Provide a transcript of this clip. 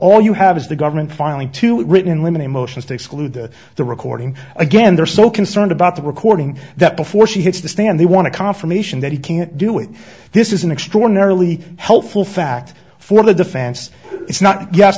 all you have is the government filing to a written women emotions to exclude the recording again they're so concerned about the recording that before she hits the stand they want to confirmation that he can't do it this is an extraordinarily helpful fact for the defense it's not